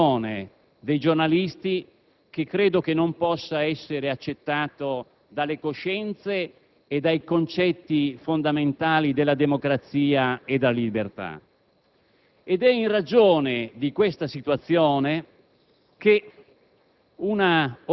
di censura permanente, di controllo dell'espressione dei giornalisti che non può essere accettata dalle coscienze e dai concetti fondamentali di democrazia e libertà.